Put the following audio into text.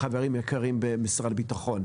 החברים היקרים במשרד הביטחון.